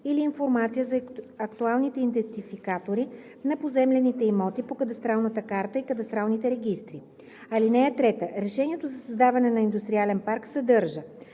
или информация за актуалните идентификатори на поземлените имоти по кадастралната карта и кадастралните регистри. (3) Решението за създаване на индустриален парк съдържа: